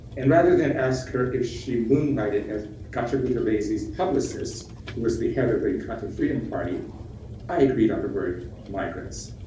and rather than ask her if she moonlighted as gatsha buthelezi's publicist who was the head of the inkatha freedom party i agreed on the word migrants.